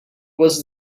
was